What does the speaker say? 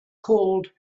called